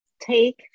take